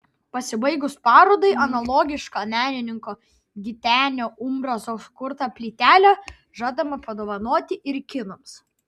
pasibaigus parodai analogišką menininko gitenio umbraso sukurtą plytelę žadama padovanoti ir kinams